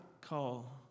call